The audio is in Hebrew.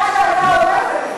מה שאתה אומר זה מביש.